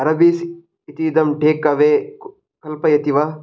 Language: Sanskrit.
अरबीस् इतीदं टेक् अवे कल्पयति वा